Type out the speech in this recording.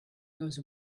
goes